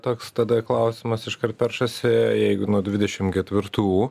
toks tada klausimas iškart peršasi jeigu nuo dvidešimt ketvirtų